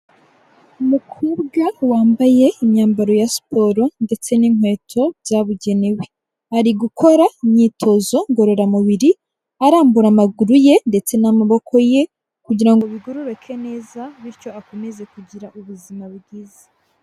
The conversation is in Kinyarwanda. Umukobwa wambaye imyambaro ya siporo ndetse n'inkweto byabugenewe, ari gukora imyitozo ngororamubiri arambura amaguru ye ndetse n'amaboko ye kugira ngo bigororoke neza bityo akomeze kugira ubuzima bwiza.